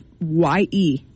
Y-E